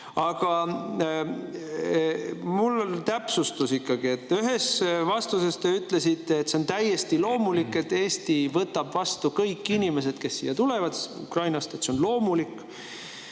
Aga mul on täpsustus. Ühes vastuses te ütlesite, et see on täiesti loomulik, et Eesti võtab vastu kõik inimesed, kes Ukrainast tulevad, et see on loomulik.